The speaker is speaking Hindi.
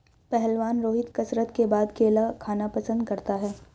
पहलवान रोहित कसरत के बाद केला खाना पसंद करता है